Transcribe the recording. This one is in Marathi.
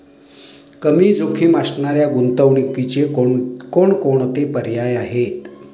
कमी जोखीम असणाऱ्या गुंतवणुकीचे कोणकोणते पर्याय आहे?